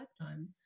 lifetime